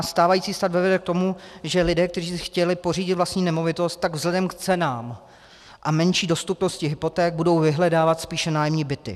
Stávající stav vede k tomu, že lidé, kteří si chtěli pořídit vlastní nemovitost, vzhledem k cenám a menší dostupnosti hypoték budou vyhledávat spíše nájemní byty.